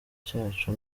cyacu